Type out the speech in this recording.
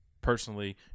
personally